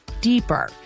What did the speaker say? deeper